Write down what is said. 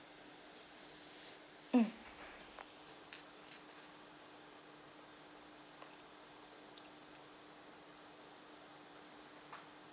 mm